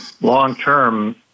Long-term